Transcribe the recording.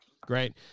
Great